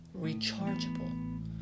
rechargeable